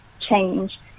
change